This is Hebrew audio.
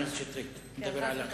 חס וחלילה.